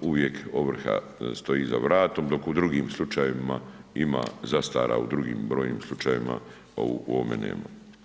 uvijek ovrha stoji za vratom, dok u drugim slučajevima ima zastara u drugim brojnim slučajevima, a u ovome nema.